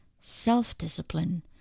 self-discipline